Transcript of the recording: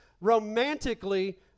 romantically